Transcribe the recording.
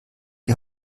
die